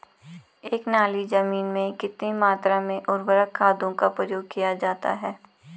एक नाली जमीन में कितनी मात्रा में उर्वरक खादों का प्रयोग किया जाता है?